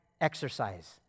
exercise